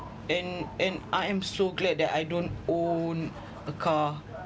and and I am so glad that I don't own a car